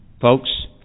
Folks